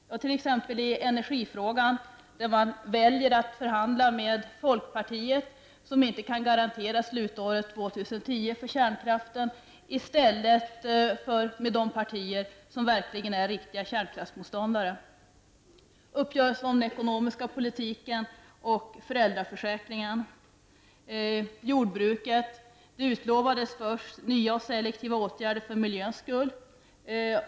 Det var t.ex. i energifrågan, där man väljer att förhandla med folkpartiet, som inte kan garantera år 2010 som slutår för kärnkraften, i stället för med de partier som verkligen är riktiga kärnkraftmotståndare. Andra exempel är uppgörelsen om den ekonomiska politiken och föräldraförsäkringen och vidare jordbruket: Där utlovades först nya och selektiva åtgärder för miljöns skull.